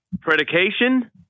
predication